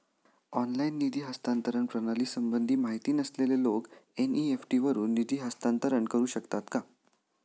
Online निधी हस्तांतरण प्रणालीसंबंधी माहिती नसलेले लोक एन.इ.एफ.टी वरून निधी हस्तांतरण करू शकतात का?